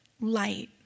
light